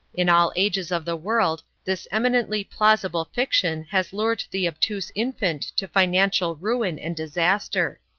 in all ages of the world this eminently plausible fiction has lured the obtuse infant to financial ruin and disaster.